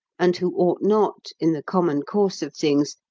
and who ought not, in the common course of things,